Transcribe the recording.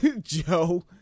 Joe